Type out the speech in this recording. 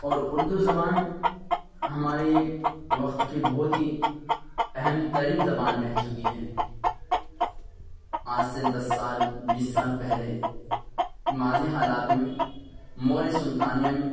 اور اردو زبان ہماری ایک وخت کی بہت ہی اہم ترین زبان رہ چکی ہے آ ج سے دس سال بیس سال پہلے ماضی حالات میں مغلی سلطانیہ میں